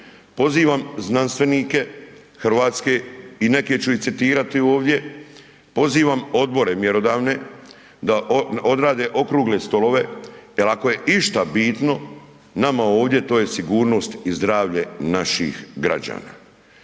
Pozivam znanstvenike hrvatske i neke ću i citirati ovdje, pozivam odbore mjerodavne da odrade okrugle stolove jer ako je išta bitno nama ovdje to je sigurnost i zdravlje naših građana